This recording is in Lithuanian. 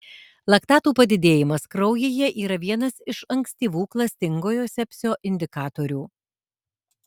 laktatų padidėjimas kraujyje yra vienas iš ankstyvų klastingojo sepsio indikatorių